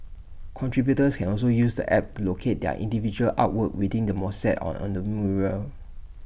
contributors can also use the app to locate their individual artwork within the mosaic and on the mural